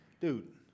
dude